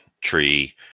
tree